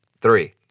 three